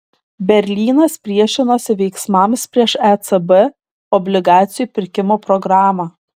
berlynas priešinosi veiksmams prieš ecb obligacijų pirkimo programą